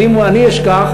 אבל אם אני אשכח,